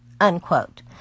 unquote